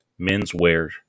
menswear